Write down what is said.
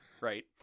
Right